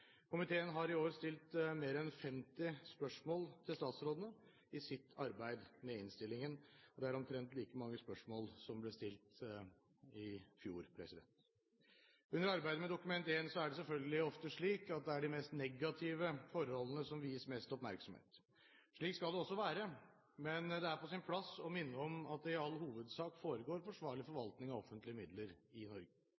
Komiteen har i år stilt mer enn 50 spørsmål til statsrådene i sitt arbeid med innstillingen. Det er omtrent like mange spørsmål som ble stilt i fjor. Under arbeidet med Dokument 1 er det selvfølgelig ofte slik at det er de mest negative forholdene som vies mest oppmerksomhet. Slik skal det også være, men det er på sin plass å minne om at det i all hovedsak foregår forsvarlig